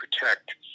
protect